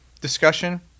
discussion